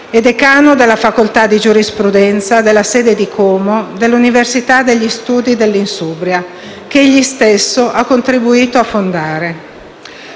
e decano della facoltà di giurisprudenza della sede di Como dell'Università degli studi dell'Insubria, che egli stesso ha contribuito a fondare.